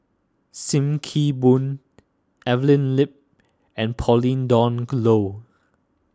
Sim Kee Boon Evelyn Lip and Pauline Dawn Loh